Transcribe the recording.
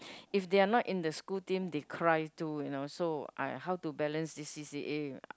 if they are not in the school team they cry too you know so I how to balance the C_C_A